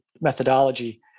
methodology